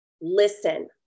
listen